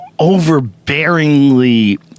overbearingly